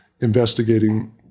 investigating